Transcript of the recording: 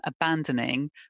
abandoning